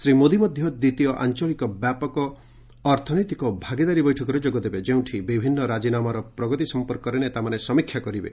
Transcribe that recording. ଶ୍ରୀ ମୋଦି ମଧ୍ୟ ଦ୍ୱିତୀୟ ଆଞ୍ଚଳିକ ବ୍ୟାପକ ଅର୍ଥନୈତିକ ଭାଗିଦାରୀ ବୈଠକରେ ଯୋଗ ଦେବେ ଯେଉଁଠି ବିଭିନ୍ନ ରାଜିନାମାର ପ୍ରଗତି ସଂପର୍କରେ ନେତାମାନେ ସମୀକ୍ଷା କରିବେ